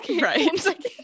Right